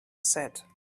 said